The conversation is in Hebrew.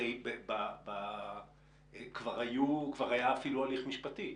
הרי כבר היה אפילו הליך משפטי.